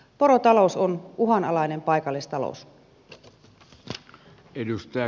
porotalous on uhanalainen paikallistalous